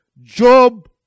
Job